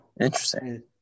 Interesting